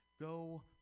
go